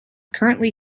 currently